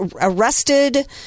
arrested